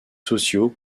sociaux